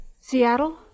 Seattle